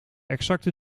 exacte